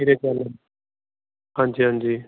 ਹਾਂਜੀ ਹਾਂਜੀ